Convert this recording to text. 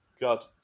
God